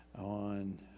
on